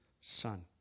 son